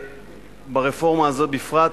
וברפורמה הזאת בפרט,